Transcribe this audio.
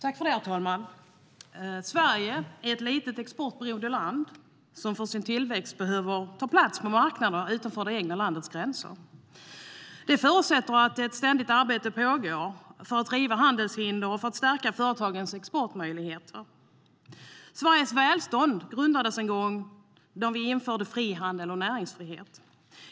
Herr talman! Sverige är ett litet exportberoende land som för sin tillväxt behöver ta plats på marknader utanför det egna landets gränser. Det förutsätter att ett ständigt arbete pågår för att riva handelshinder och stärka företagens exportmöjligheter. Sveriges välstånd grundades då vi införde frihandel och näringsfrihet.